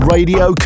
Radio